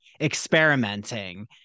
experimenting